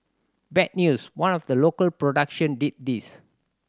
bad news one of the local production did this